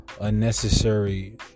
unnecessary